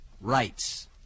rights